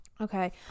Okay